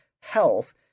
health